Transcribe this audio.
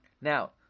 Now